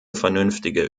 vernünftige